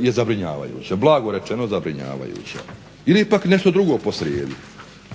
je zabrinjavajuća. Blago rečeno zabrinjavajuća. Ili je pak nešto drugo posrijedi,